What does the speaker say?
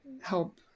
help